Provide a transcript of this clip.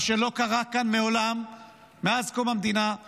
מה שלא קרה כאן מעולם מאז קום המדינה הוא